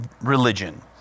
religion